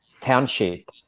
township